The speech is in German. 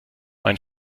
mein